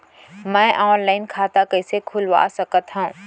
मैं ऑनलाइन खाता कइसे खुलवा सकत हव?